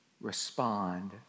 respond